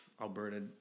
Alberta